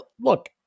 Look